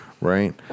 Right